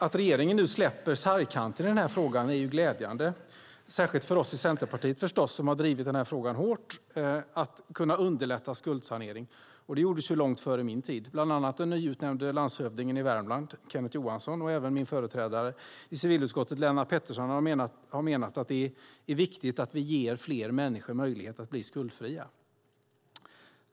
Att regeringen nu släpper sargkanten i denna fråga är glädjande, särskilt för oss i Centerpartiet som har drivit frågan om att underlätta skuldsanering hårt. Det gjordes långt före min tid. Bland annat den nyutnämnde landshövdingen i Värmland, Kenneth Johansson, och även min företrädare i civilutskottet Lennart Pettersson har menat att det är viktigt att vi ger fler människor möjlighet att bli skuldfria.